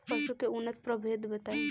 पशु के उन्नत प्रभेद बताई?